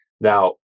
Now